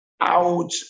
out